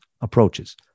approaches